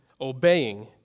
obeying